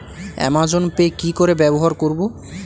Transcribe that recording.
Amazon pay কি করে ব্যবহার করব?